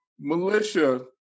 militia